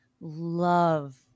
love